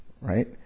right